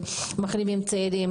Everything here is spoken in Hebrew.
למשל, יש מרפאת מחלימים צעירים,